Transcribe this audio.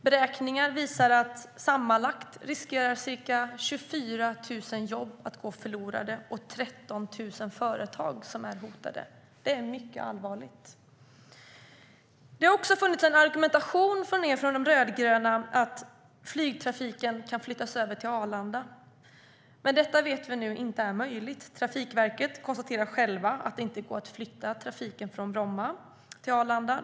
Beräkningar visar att sammanlagt ca 24 000 jobb riskerar att gå förlorade och att 13 000 företag är hotade. Det är mycket allvarligt. Det har funnits en argumentation från de rödgröna partierna om att flygtrafiken kan flyttas över till Arlanda flygplats. Men vi vet nu att detta inte är möjligt. Trafikverket konstaterar att det inte går att flytta trafiken från Bromma flygplats till Arlanda flygplats.